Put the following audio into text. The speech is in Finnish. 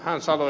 hän sanoi